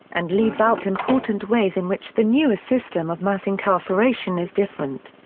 and leaves out important ways in which the newer system of mass incarceration is different.